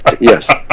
Yes